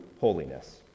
holiness